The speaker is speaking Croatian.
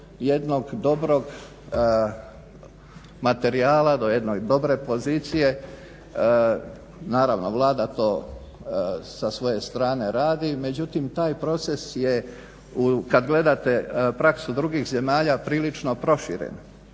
do jednog dobrog materijala, do jedne dobre pozicije. Naravno Vlada to sa svoje strane radi, međutim taj proces je kad gledate praksu drugih zemalja prilično proširen.